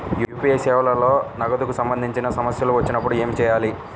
UPI సేవలలో నగదుకు సంబంధించిన సమస్యలు వచ్చినప్పుడు ఏమి చేయాలి?